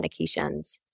medications